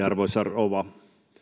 arvoisa rouva